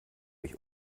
euch